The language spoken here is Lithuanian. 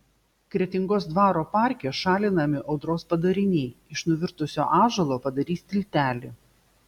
kretingos dvaro parke šalinami audros padariniai iš nuvirtusio ąžuolo padarys tiltelį